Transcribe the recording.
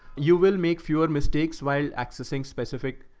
you will make fewer mistakes while accessing specific.